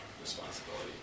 responsibility